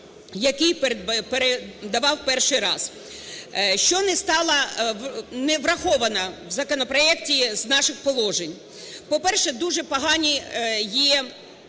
який передавав перший раз. Що не стала… не враховано в законопроекті з наших положень. По-перше, дуже погані є